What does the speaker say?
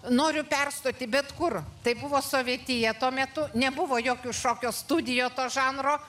noriu perstoti bet kur tai buvo sovietiją tuo metu nebuvo jokių šokio studijų to žanro